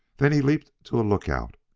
then he leaped to a lookout,